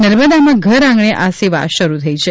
નર્મદામાં ઘરઆંગણે આ સેવા શરૂ થઈ છે